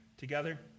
Together